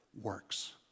works